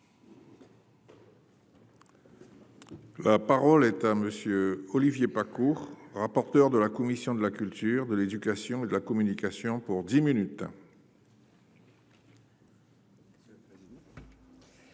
La parole est à monsieur Olivier pas cours, rapporteur de la commission de la culture, de l'éducation et de la communication pour 10 minutes.